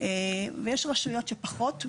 ויש רשויות שפחות.